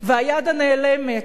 והיד הנעלמת,